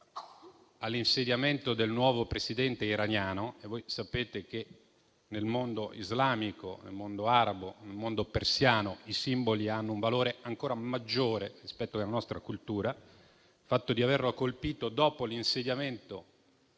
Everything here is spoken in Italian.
all'insediamento del nuovo Presidente iraniano - e voi sapete che nel mondo islamico, nel mondo arabo e nel mondo persiano i simboli hanno un valore ancora maggiore rispetto alla nostra cultura -, rappresenta un cambio di strategia.